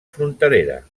fronterera